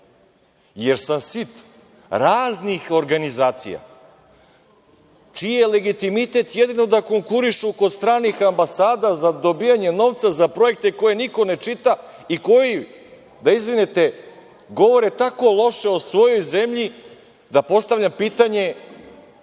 jer sam sit raznih organizacija čiji je legitimitet jedino da konkurišu kod stranih ambasada za dobijanje novca za projekte koje niko ne čita i koji, da izvinite, govore tako loše o svojoj zemlji, da postavljam pitanje